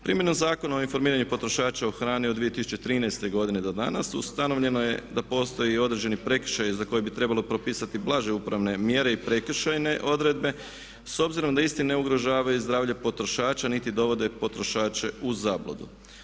Primjenom Zakona o informiranju potrošača o hrani od 2013. godine do danas ustanovljeno je da postoji i određeni prekršaj za koje bi trebalo propisati blaže upravne mjere i prekršajne odredbe s obzirom da isti ne ugrožavaju zdravlje potrošača niti dovode potrošače u zabludu.